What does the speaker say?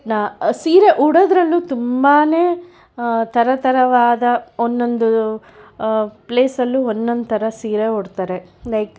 ನಾ ಸೀರೆ ಉಡೋದ್ರಲ್ಲೂ ತುಂಬನೇ ಥರ ಥರವಾದ ಒಂದೊಂದು ಪ್ಲೇಸ್ ಅಲ್ಲೂ ಒಂದೊಂದು ಥರ ಸೀರೆ ಉಡ್ತಾರೆ ಲೈಕ್